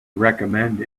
recommend